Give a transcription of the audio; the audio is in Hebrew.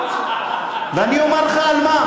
ואני אומר לך כדי,